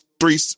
three